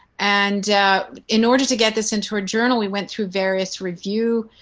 and in order to get this into a journal we went through various review